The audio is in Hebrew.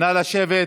נא לשבת,